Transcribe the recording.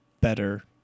better